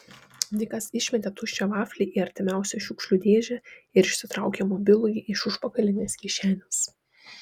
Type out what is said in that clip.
nikas išmetė tuščią vaflį į artimiausią šiukšlių dėžę ir išsitraukė mobilųjį iš užpakalinės kišenės